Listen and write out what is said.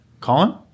Colin